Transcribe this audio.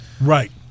Right